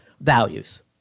values